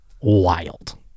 wild